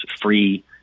free